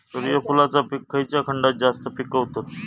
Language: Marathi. सूर्यफूलाचा पीक खयच्या खंडात जास्त पिकवतत?